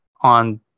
on